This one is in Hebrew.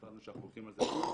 החלטנו שאנחנו הולכים הזה.